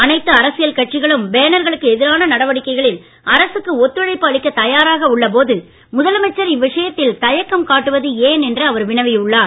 அனைத்து அரசியல் கட்சிகளும் பேனர்களுக்கு எதிரான நடவடிக்கைகளில் அரசுக்கு ஒத்துழைப்பு அளிக்க தயாராக உள்ள போது முதலமைச்சர் இவ்விஷயத்தில் தயக்கம் காட்டுவது ஏன் என்று அவர் வினவி உள்ளார்